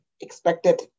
expected